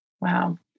Wow